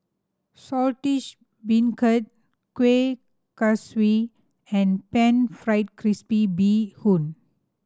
Saltish Beancurd Kuih Kaswi and Pan Fried Crispy Bee Hoon